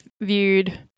viewed